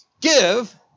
give